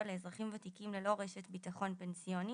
לאזרחים ותיקים ללא רשת ביטחון פנסיוני,